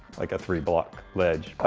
like a three block ledge.